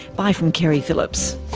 bye from keri phillips